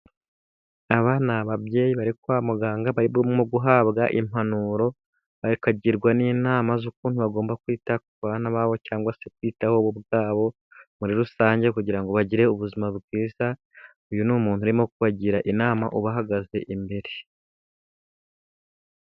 Aba ni ababyeyi bari kwa muganga, barimo guhabwa impanuro bakagirwa n'inama, z'ukuntu bagomba kwita kubana babo cyangwa se kwiyitaho bo ubwabo, muri rusange kugira ngo bagire ubuzima bwiza, uyu ni umuntu urimo kubagira inama ubahagaze imbere.